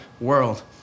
world